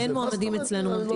אין מועמדים אצלנו ממתינים.